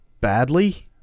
badly